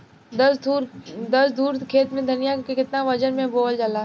दस धुर खेत में धनिया के केतना वजन मे बोवल जाला?